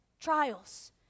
trials